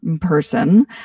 person